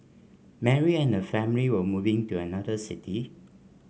Mary and her family were moving to another city